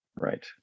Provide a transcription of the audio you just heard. right